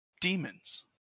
Demons